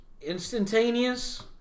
Instantaneous